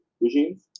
regime